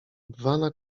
bwana